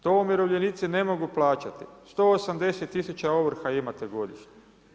To umirovljenici ne mogu plaćati, 180 tisuća ovrha imate godišnje.